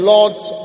Lord's